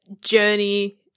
journey